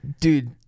Dude